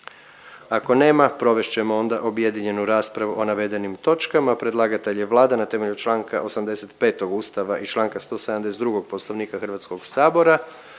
Ako nema provest ćemo onda objedinjenu raspravu o navedenim točkama. Predlagatelj je Vlada na temelju čl. 85. Ustava i čl. 172. Poslovnika Hrvatskog sabora.